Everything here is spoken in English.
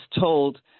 told